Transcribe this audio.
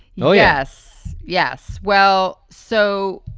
you know yes. yes. well, so,